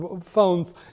phone's